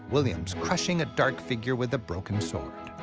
william's crushing a dark figure with a broken sword.